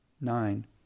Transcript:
Nine